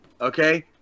Okay